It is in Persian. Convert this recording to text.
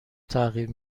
تغییر